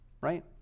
Right